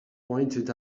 pointed